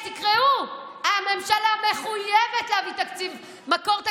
תקראו: הממשלה מחויבת להביא מקור תקציבי.